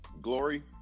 Glory